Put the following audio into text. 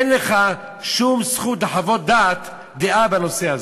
אין לך שום זכות לחוות דעה בנושא הזה.